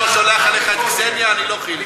אם אני לא שולח אליך את קסניה, אני לא חיליק.